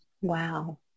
wow